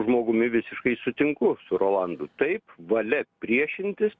žmogumi visiškai sutinku su rolandu taip valia priešintis